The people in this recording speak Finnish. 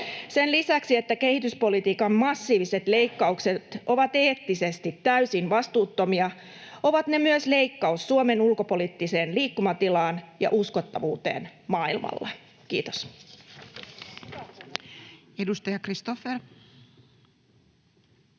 Sen lisäksi, että kehityspolitiikan massiiviset leikkaukset ovat eettisesti täysin vastuuttomia, ovat ne myös leikkaus Suomen ulkopoliittiseen liikkumatilaan ja uskottavuuteen maailmalla. — Kiitos. [Speech 15] Speaker: